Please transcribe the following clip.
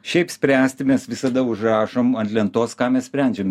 šiaip spręsti mes visada užrašom ant lentos ką mes sprendžiam